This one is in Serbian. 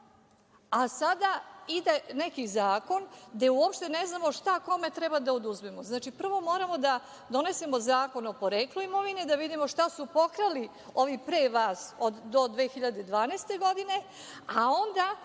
a sada ide neki zakon gde uopšte ne znamo šta kome treba da oduzmemo. Znači, prvo moramo da donesemo zakon o poreklu imovine, da vidimo šta su pokrali ovi pre vas do 2012. godine, a onda